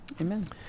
Amen